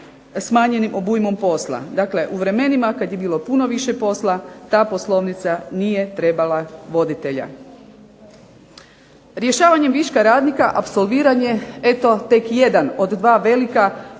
smanjenim obujmom posla. Dakle, u vremenima kada je bilo puno više posla ta Poslovnica nije trebala voditelja. Rješavanjem viška radnika apsolviran je tek jedan od dva velika od ZAP-a